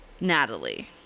natalie